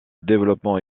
développement